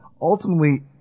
Ultimately